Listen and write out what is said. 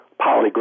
polygraph